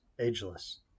ageless